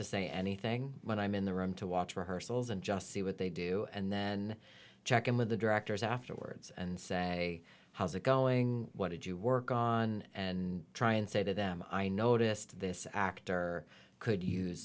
to say anything when i'm in the room to watch rehearsals and just see what they do and then check in with the directors afterwards and say how's it going what did you work on and try and say to them i noticed this actor could use